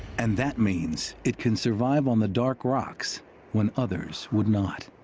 and that means it can survive on the dark rocks when others would not.